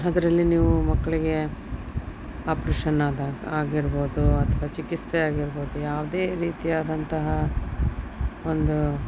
ಅದರಲ್ಲಿ ನೀವು ಮಕ್ಕಳಿಗೆ ಆಪ್ರೆಷನ್ ಆದಾಗ ಆಗಿರ್ಬೋದು ಅಥವಾ ಚಿಕಿತ್ಸೆ ಆಗಿರ್ಬೋದು ಯಾವುದೇ ರೀತಿಯಾದಂತಹ ಒಂದು